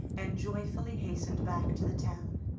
and joyfully hastened back to the town.